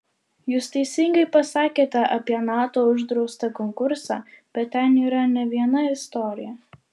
jūs teisingai pasakėte apie nato uždraustą konkursą bet ten yra ne viena istorija